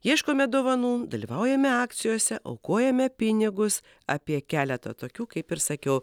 ieškome dovanų dalyvaujame akcijose aukojame pinigus apie keletą tokių kaip ir sakiau